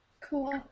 Cool